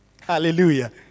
Hallelujah